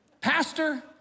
Pastor